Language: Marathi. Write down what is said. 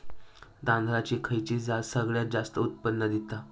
तांदळाची खयची जात सगळयात जास्त उत्पन्न दिता?